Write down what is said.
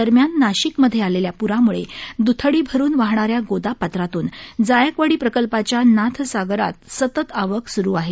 दरम्यान नाशिकमध्ये आलेल्या प्राम्ळे द्थडी भरून वाहणाऱ्या गोदापात्रातून जायकवाडी प्रकल्पाच्या नाथसागरात सतत आवक सुरू आहे